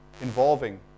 involving